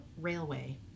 Railway